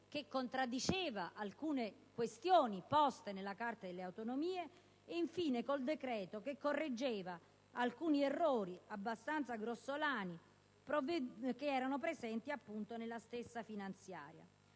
che contraddiceva alcune questioni poste nella Carta delle autonomie, ed infine con il decreto, che correggeva alcuni errori, abbastanza grossolani, presenti nella stessa finanziaria.